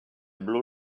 blue